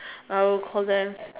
I will call them